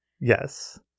Yes